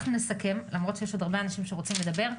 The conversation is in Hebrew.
נסכם, למרות שיש הרבה אנשים שרוצים לדבר.